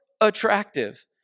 attractive